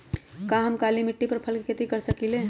का हम काली मिट्टी पर फल के खेती कर सकिले?